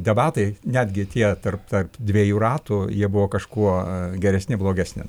debatai netgi tie tarp tarp dviejų ratų jie buvo kažkuo geresni blogesni